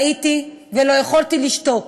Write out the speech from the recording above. ראיתי ולא יכולתי לשתוק.